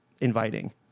inviting